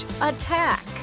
attack